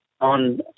on